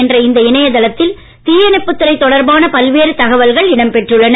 என்ற இந்த இணையதளத்தில் தீயணைப்புத்துறை தொடர்பான பல்வேறு தகவல்கள் இடம்பெற்றுள்ளன